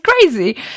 crazy